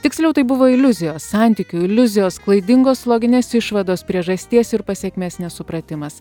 tiksliau tai buvo iliuzijos santykių iliuzijos klaidingos loginės išvados priežasties ir pasekmės nesupratimas